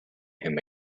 him